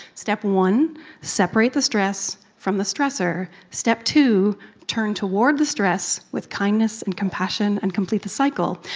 step one separate the stress from the stressor. step two turn toward the stress with kindness and compassion, and complete the cycle.